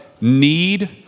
need